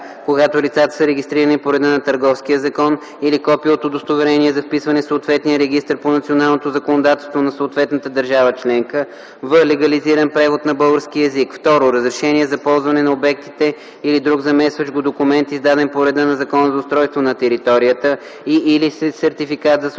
когато лицата са регистрирани по реда на Търговския закон, или копие от удостоверение за вписване в съответния регистър по националното законодателство на съответната държава членка в легализиран превод на български език; 2. разрешение за ползване на обектите или друг заместващ го документ, издаден по реда на Закона за устройство на територията и/или сертификат за съответствие,